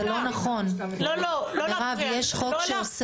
זה לא נכון, מירב, יש חוק שאוסר.